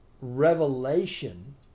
revelation